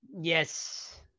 Yes